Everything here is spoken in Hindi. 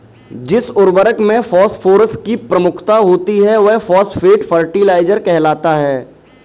जिस उर्वरक में फॉस्फोरस की प्रमुखता होती है, वह फॉस्फेट फर्टिलाइजर कहलाता है